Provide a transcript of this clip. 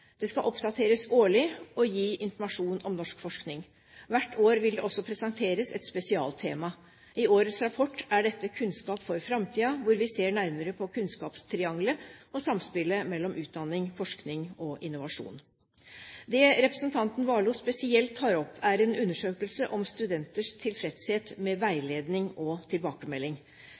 Det skal oppdateres årlig og gi informasjon om norsk forskning. Hvert år vil det også presenteres et spesialtema. I årets rapport er dette «Kunnskap for framtida», hvor vi ser nærmere på kunnskapstriangelet og samspillet mellom utdanning, forskning og innovasjon. Det representanten Warloe spesielt tar opp, er en undersøkelse om studenters tilfredshet med veiledning og tilbakemelding.